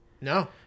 no